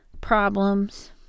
problems